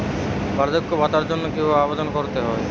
বার্ধক্য ভাতার জন্য কিভাবে আবেদন করতে হয়?